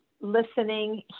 listening